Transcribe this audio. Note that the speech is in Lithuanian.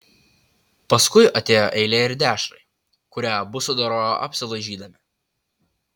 paskui atėjo eilė ir dešrai kurią abu sudorojo apsilaižydami